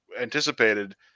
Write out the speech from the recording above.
anticipated